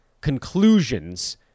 conclusions